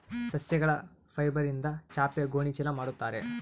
ಸಸ್ಯಗಳ ಫೈಬರ್ಯಿಂದ ಚಾಪೆ ಗೋಣಿ ಚೀಲ ಮಾಡುತ್ತಾರೆ